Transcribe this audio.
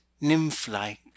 nymph-like